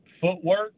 footwork